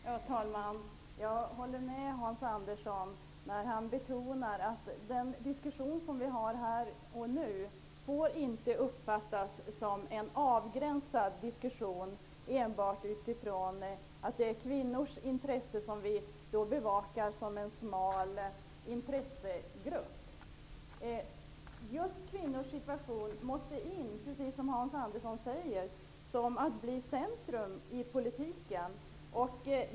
Fru talman! Jag håller med Hans Andersson när han betonar att den diskussion som vi för här och nu inte får uppfattas som en avgränsad diskussion och att vi inte får bevaka kvinnors intressen som om det vore en smal intressegrupp. Just kvinnors situation måste in och, precis som Hans Andersson säger, bli centrum i politiken.